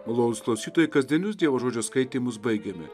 malonūs klausytojai kasdienius dievo žodžio skaitymus baigiame